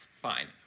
Fine